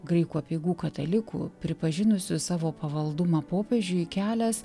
graikų apeigų katalikų pripažinusių savo pavaldumą popiežiui kelias